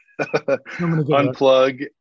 unplug